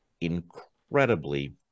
incredibly